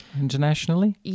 internationally